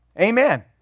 Amen